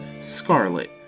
Scarlet